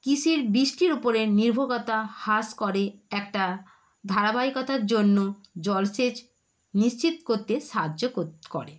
কৃষির বৃষ্টির ওপরে নির্ভরতা হ্রাস করে একটা ধারাবাহিকতার জন্য জল সেচ নিশ্চিত করতে সাহায্য করে